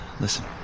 Listen